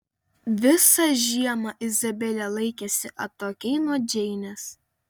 visą žiemą izabelė laikėsi atokiai nuo džeinės